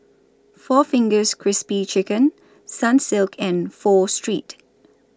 four Fingers Crispy Chicken Sunsilk and Pho Street